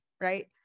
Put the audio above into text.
right